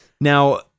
Now